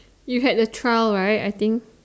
you had a trial right I think